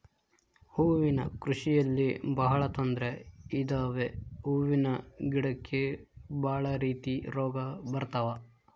ಹೂವಿನ ಕೃಷಿಯಲ್ಲಿ ಬಹಳ ತೊಂದ್ರೆ ಇದಾವೆ ಹೂವಿನ ಗಿಡಕ್ಕೆ ಭಾಳ ರೀತಿ ರೋಗ ಬರತವ